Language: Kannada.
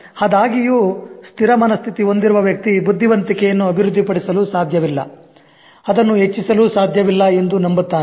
ಅದಾಗಿಯೂ ಸ್ಥಿರ ಮನಸ್ಥಿತಿ ಹೊಂದಿರುವ ವ್ಯಕ್ತಿ ಬುದ್ಧಿವಂತಿಕೆಯನ್ನು ಅಭಿವೃದ್ಧಿ ಪಡಿಸಲು ಸಾಧ್ಯವಿಲ್ಲ ಅದನ್ನು ಹೆಚ್ಚಿಸಲು ಸಾಧ್ಯವಿಲ್ಲ ಎಂದು ನಂಬುತ್ತಾನೆ